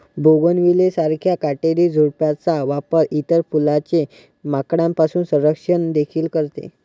bougainvillea सारख्या काटेरी झुडपांचा वापर इतर फुलांचे माकडांपासून संरक्षण देखील करते